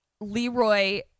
Leroy